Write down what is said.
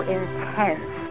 intense